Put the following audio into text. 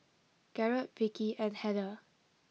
Garrett Vikki and Heather